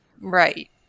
Right